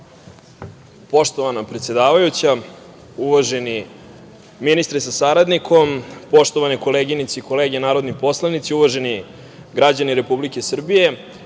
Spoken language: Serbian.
predsedavajuća, uvaženi ministre sa saradnikom, poštovane koleginice i kolege narodni poslanici, uvaženi građani Republike Srbije,